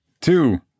two